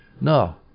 No